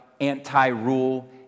anti-rule